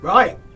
Right